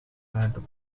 head